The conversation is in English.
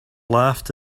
laughed